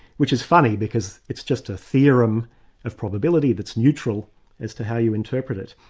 which is funny, because it's just a theorem of probability that's neutral as to how you interpret it.